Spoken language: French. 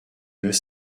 deux